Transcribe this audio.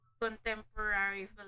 contemporary